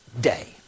day